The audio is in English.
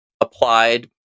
applied